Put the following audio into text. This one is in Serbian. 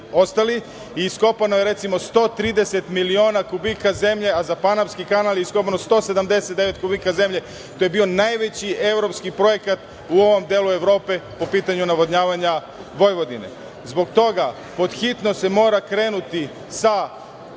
Iskopano je, recimo, 130 miliona kubika zemlje, a za Panamski kanal je iskopano 179 kubika zemlje. To je bio najveći evropski projekat u ovom delu Evrope po pitanju navodnjavanja Vojvodine. Zbog toga pod hitno se mora krenuti sa